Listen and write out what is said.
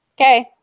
Okay